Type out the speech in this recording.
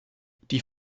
die